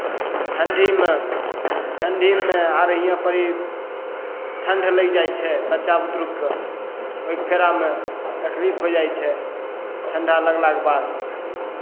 ठण्ढीमे ठण्ढीमे आब यहाँ परी ठण्ढ लागि जाइ छै बच्चा बुतरूके ओहि फेरामे तकलीफ होय जाइ छै ठण्ढा लगलाके बाद